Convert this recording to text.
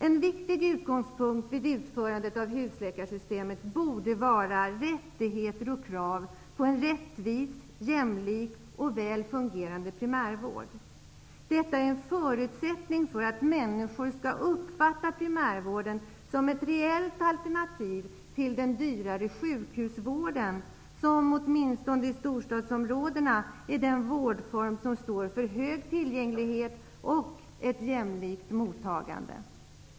En viktig utgångspunkt vid genomförandet av husläkarsystemet borde vara rätten till och kraven på en rättvis, jämlik och väl fungerande primärvård. Detta är en förutsättning för att människor skall uppfatta primärvården som ett reellt alternativ till den dyrare sjukhusvården, som åtminstone i storstadsområdena är den vårdform som står för hög tillgänglighet och ett jämlikt mottagande.